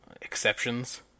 exceptions